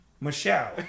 Michelle